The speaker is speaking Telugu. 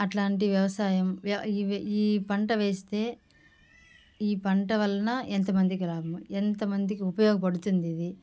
అట్లాంటి వ్యవసాయం ఇవే ఈ పంట వేస్తే ఈ పంట వలన ఎంతమందికి లాభము ఎంతమందికి ఉపయోగపడుతుంది ఇది